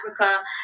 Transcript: Africa